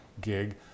gig